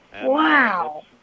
Wow